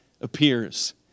appears